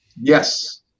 Yes